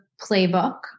playbook